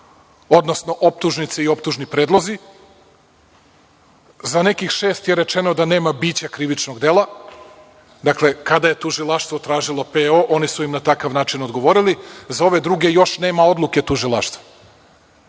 odnosno optužnice i optužni predlozi. Za nekih šest je rečeno da nema bića krivičnog dela. Dakle, kada je tužilaštvo tražilo PO, oni su im na takav način odgovorili. Za ove druge još nema odluke tužilaštva.